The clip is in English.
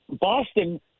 Boston